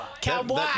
Cowboy